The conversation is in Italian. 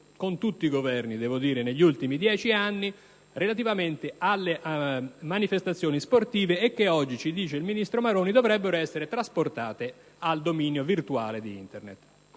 con tutti i Governi, devo dire - negli ultimi dieci anni in relazione alle manifestazioni sportive, che oggi il ministro Maroni dice dovrebbero essere trasportate al dominio virtuale di Internet.